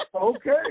Okay